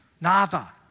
Nada